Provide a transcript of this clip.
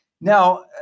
Now